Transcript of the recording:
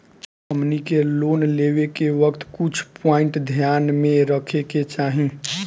हमनी के लोन लेवे के वक्त कुछ प्वाइंट ध्यान में रखे के चाही